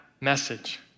message